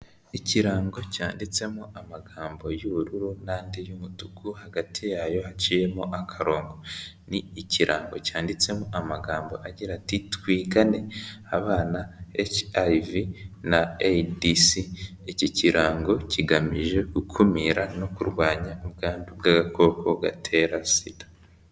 Ikirango cyanditsemo amagambo y'ubururu n'andi y'umutuku, hagati yayo haciyemo akarongo, ni ikirango cyanditsemo amagambo agira ati, ''twigane abana HIV na AIDS''. Iki kirango kigamije gukumira no kurwanya ubwandu bw'agakoko gatera sida.